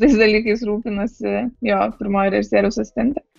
tais dalykais rūpinasi jo pirmoji režisieriaus asistentė